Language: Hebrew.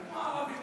אני כמו הערבים.